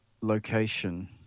location